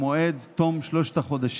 וממש יצרו שואה על עם ישראל.